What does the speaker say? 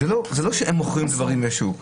זה לא שהם מוכרות דברים לשוק.